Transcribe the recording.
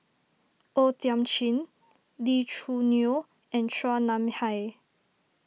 O Thiam Chin Lee Choo Neo and Chua Nam Hai